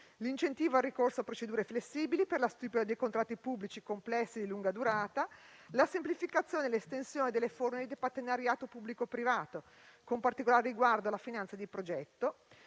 l'incentivo al ricorso a procedure flessibili per la stipula dei contratti pubblici complessi di lunga durata; la semplificazione dell'estensione delle forme di partenariato pubblico-privato, con particolare riguardo alla finanza di progetto;